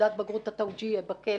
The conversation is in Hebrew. תעודת בגרות, תווג'יה, בכלא,